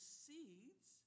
seeds